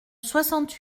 soixante